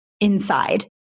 inside